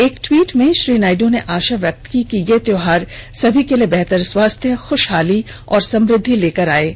एक ट्वीट में श्री नायडू ने आशा व्यक्त की कि यह त्यौहार सभी के लिए बेहतर स्वास्थ्य खुशहाली और समृद्धि लेकर आएगा